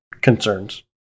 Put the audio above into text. concerns